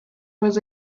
was